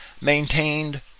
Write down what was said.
maintained